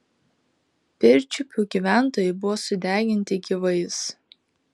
pirčiupių gyventojai buvo sudeginti gyvais